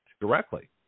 directly